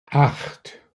acht